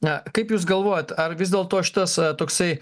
na kaip jūs galvojat ar vis dėlto šitas toksai